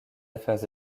affaires